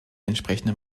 entsprechende